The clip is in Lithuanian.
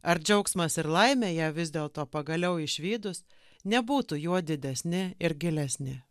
ar džiaugsmas ir laimė ją vis dėlto pagaliau išvydus nebūtų juo didesni ir gilesni